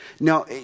Now